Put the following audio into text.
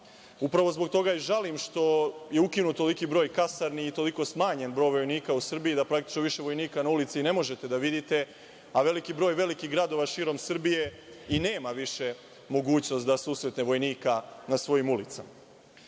Upravo zbog toga i žalim što je ukinut toliki broj kasarni i toliko smanjen broj vojnika u Srbiji da praktično više vojnika na ulici ne možete da vidite, a veliki broj velikih gradova širom Srbije i nema više mogućnost da susretne vojnika na svojim ulicama. Želim